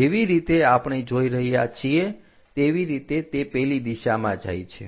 જેવી રીતે આપણે જોઈ રહ્યા છીએ તેવી રીતે તે પેલી દિશામાં જાય છે